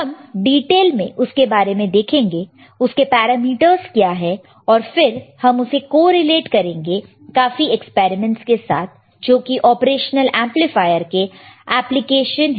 हम डिटेल में उसके बारे में देखेंगे उसके पैरामीटर क्या है और फिर हम उसे कोरिलेट करेंगे काफी एक्सपेरिमेंट्स के साथ जोकि ऑपरेशनल एमप्लीफायर के एप्लीकेशन से